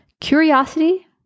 Curiosity